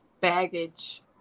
baggage